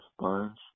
sponge